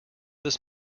this